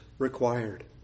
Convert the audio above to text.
required